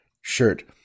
shirt